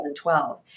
2012